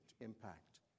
impact